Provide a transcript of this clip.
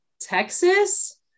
Texas